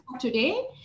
today